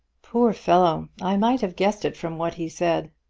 poor fellow! i might have guessed it from what he said.